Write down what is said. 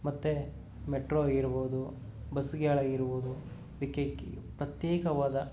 ಮತ್ತು ಮೆಟ್ರೋ ಆಗಿರಬೋದು ಬಸ್ಗಳಾಗಿರಬೋದು ಇದಕ್ಕೆ ಪ್ರತ್ಯೇಕವಾದ